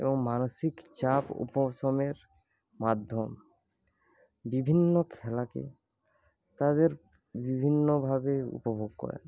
এবং মানসিক চাপ উপশমের মাধ্যম বিভিন্ন খেলাকে তাদের বিভিন্নভাবে উপভোগ করা